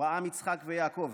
אברהם יצחק ויעקב,